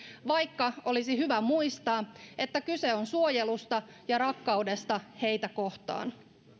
vaikka olisi hyvä muistaa että kyse on suojelusta ja rakkaudesta heitä kohtaan